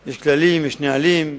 יש כללים, יש נהלים.